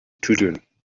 tüdeln